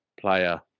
player